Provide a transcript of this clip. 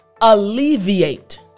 alleviate